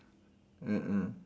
mm mm